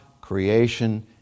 creation